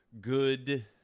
good